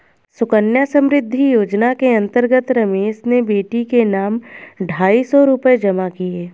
सुकन्या समृद्धि योजना के अंतर्गत रमेश ने बेटी के नाम ढाई सौ रूपए जमा किए